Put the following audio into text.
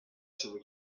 شروع